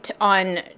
on